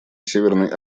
северной